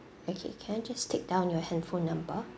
okay can I just take down your handphone number